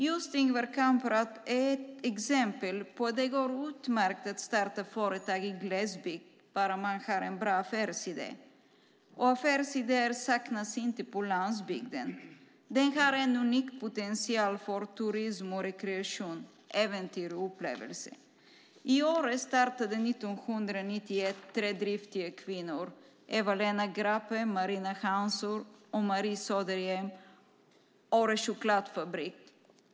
Just Ingvar Kamprad är ett exempel på att det går utmärkt att starta företag i glesbygd bara man har en bra affärsidé. Och affärsidéer saknas inte på landsbygden. Den har en unik potential för turism och rekreation, äventyr och upplevelser. I Åre startade 1991 tre driftiga kvinnor - Eva-Lena Grape, Marina Hansson och Marie Söderhielm - Åre Chokladfabrik.